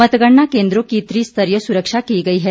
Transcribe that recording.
मतगणना केन्द्रों की त्रिस्तरीय सुरक्षा की गई है